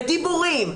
בדיבורים,